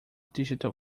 digital